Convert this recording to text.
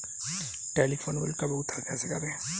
Telephone bill का भुगतान कैसे करें?